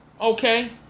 Okay